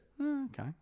okay